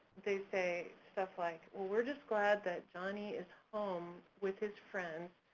they say stuff like, well, we're just glad that johnny is home with his friends,